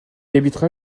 habitera